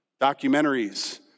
Documentaries